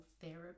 therapy